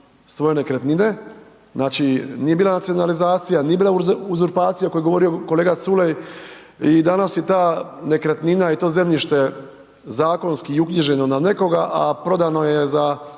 svoje nekretnine. Znači, nije bila nacionalizacija, nije bila uzurpacija koji je govorio kolega Culej i danas je ta nekretnina i to zemljište zakonski uknjiženo na nekoga, a prodano je za